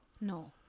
No